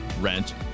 rent